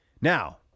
now